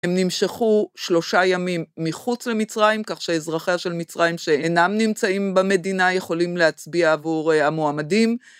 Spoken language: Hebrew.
הם נמשכו שלושה ימים מחוץ למצרים, כך שאזרחיה של מצרים שאינם נמצאים במדינה יכולים להצביע עבור המועמדים.